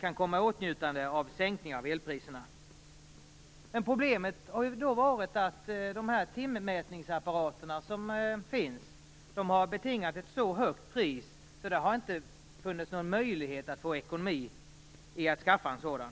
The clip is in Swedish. kan komma i åtnjutande av sänkningar av elpriserna. Men problemet har då varit att dessa timmätningsapparater som finns har betingat ett så högt pris att det inte har funnits någon möjlighet att få ekonomi i anskaffandet av en sådan.